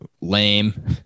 lame